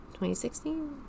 2016